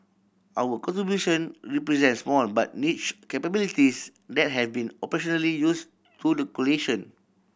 our contribution represent small but niche capabilities that have been operationally use to the coalition